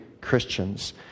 Christians